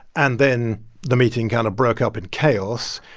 and then the meeting kind of broke up in chaos.